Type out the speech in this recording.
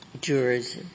jurors